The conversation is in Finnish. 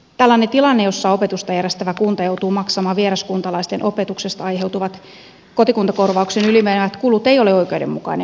tällainen tilanne jossa opetusta järjestävä kunta joutuu maksamaan vieraskuntalaisten opetuksesta aiheutuvat kotikuntakorvauksen ylimenevät kulut ei ole oikeudenmukainen